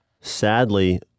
sadly